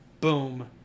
boom